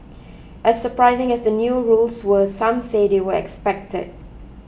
as surprising as the new rules were some say they were expected